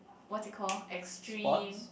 what's it call extreme